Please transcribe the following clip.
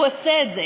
הוא עושה את זה.